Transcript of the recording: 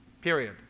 period